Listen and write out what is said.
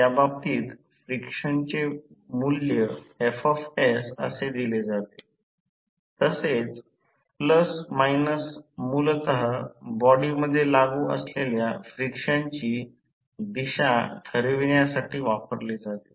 त्या बाबतीत फ्रिक्शनचे मूल्य F असे दिले जाते तसेच प्लस मायनस मूलत बॉडीमध्ये लागू असलेल्या फ्रिक्शनची दिशा दर्शवण्यासाठी वापरले जाते